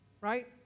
Right